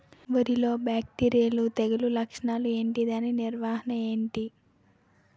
వరి లో బ్యాక్టీరియల్ తెగులు లక్షణాలు ఏంటి? దాని నివారణ ఏంటి?